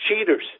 cheaters